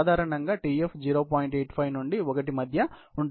85 నుండి 1 మధ్య ఉంటుంది